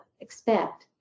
expect